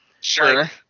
sure